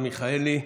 מרב מיכאלי.